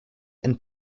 and